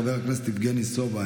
חבר הכנסת יבגני סובה,